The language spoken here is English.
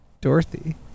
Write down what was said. Dorothy